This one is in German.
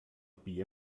bier